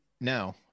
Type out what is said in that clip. No